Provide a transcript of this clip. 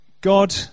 God